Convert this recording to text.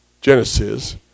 Genesis